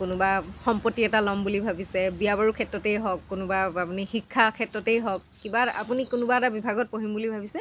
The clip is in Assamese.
কোনোবা সম্পত্তি এটা ল'ম বুলি ভাবিছে বিয়া বাৰুৰ ক্ষেত্ৰতে হওক কোনোবা বা আপুনি শিক্ষাৰ ক্ষেত্ৰতেই হওক কিবা আপুনি কোনোবা এটা বিভাগত পঢ়িম বুলি ভাবিছে